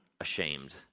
ashamed